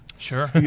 Sure